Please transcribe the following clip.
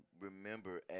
remember